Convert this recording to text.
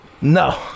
No